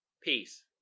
Peace